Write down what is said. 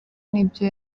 n’ibyo